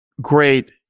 great